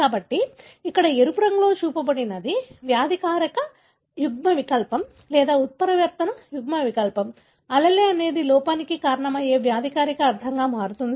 కాబట్టి ఇక్కడ ఎరుపు రంగులో చూపబడినది వ్యాధికారక యుగ్మవికల్పం లేదా ఉత్పరివర్తన యుగ్మవికల్పం అల్లెల్ అనేది లోపానికి కారణమయ్యే వ్యాధికారక అర్థంగా మారుతుంది